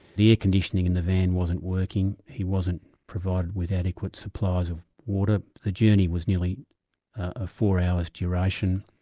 the air-conditioning in the van wasn't working, he wasn't provided with adequate supplies of water, the journey was nearly of four hours duration.